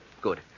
Good